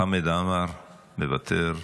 חמד עמאר, מוותר,